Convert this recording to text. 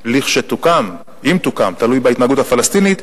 כשתוקם, אם תוקם, תלוי בהתנהגות הפלסטינית,